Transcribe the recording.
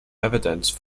evidence